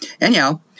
Anyhow